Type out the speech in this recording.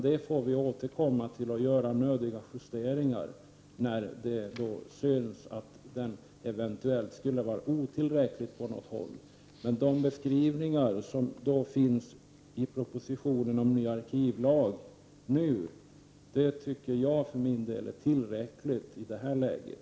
Det får vi återkomma till och göra nödvändiga justeringar när det framkommer att lagen eventuellt skulle vara otillräcklig på något håll. De beskrivningar som finns i propositionen om en ny arkivlag tycker jag är tillräckliga i det här läget.